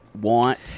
want